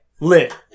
Lit